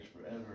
forever